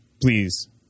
Please